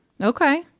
Okay